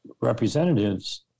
representatives